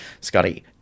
Scotty